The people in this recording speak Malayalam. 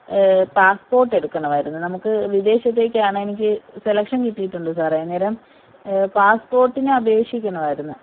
പാസ്പോർട്ട് എടുക്കണമായിരുന്നു നമുക്ക് വിദേശത്തേക്കാണ് എനിക്ക് സെലക്ഷൻ കിട്ടിയിട്ടുണ്ട് സാറേ അന്നേരം പാസ്പോർട്ടിന് അപേക്ഷിക്കണമായിരുന്നു